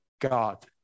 God